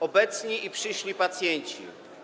Obecni i Przyszli Pacjenci!